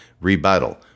rebuttal